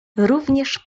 również